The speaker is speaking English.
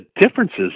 differences